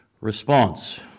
response